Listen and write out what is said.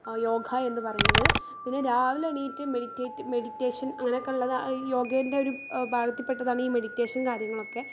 യോഗ എന്ന് പറയുന്നത് പിന്നെ രാവിലെ എണീറ്റ് മെഡിറ്റേറ്റ് മെഡിറ്റേഷൻ അങ്ങനെ ഒക്കെ ഉള്ളത് യോഗേൻ്റെ ഒരു വിഭാഗത്തിൽ പെട്ടതാണ് ഈ മെഡിറ്റേഷൻ കാര്യങ്ങളൊക്കെ